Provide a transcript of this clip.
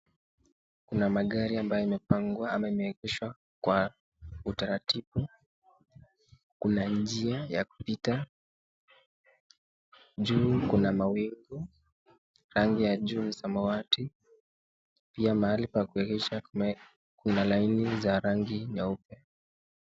Kuna magari ambayo yamepangwa ama yameegeshwa utaratibu Kuna njia ya kupita juu Kuna mawingu rangi ya juu ni samawati pia mahali pa kuegesha kuna za rangi ya nyeupe.